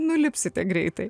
nulipsite greitai